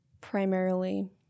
primarily